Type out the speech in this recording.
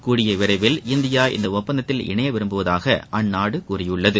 கூடிய விரைவில் இந்தியா இந்த ஒப்பந்தத்தில் இணைய விரும்புவதாக அந்நாடு கூறியுள்ளது